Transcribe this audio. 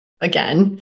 Again